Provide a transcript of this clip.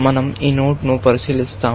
మనం ఈ నోడ్ను పరిశీలిస్తాము